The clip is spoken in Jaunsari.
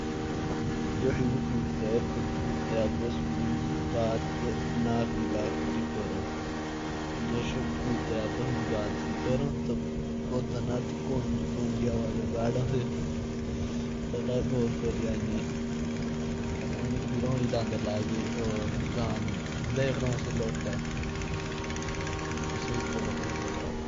जैसे कुत्ते होते ह तो वो नक से नक मिलाकर बात करते ह। जब वो आपस में बात करते ह। तो वो पता नहीं कौन कौन सी आवाज़ें निकालते ह।